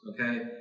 okay